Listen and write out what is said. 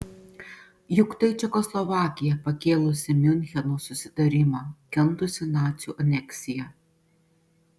juk tai čekoslovakija pakėlusi miuncheno susitarimą kentusi nacių aneksiją